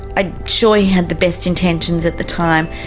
ah sure he had the best intentions at the time,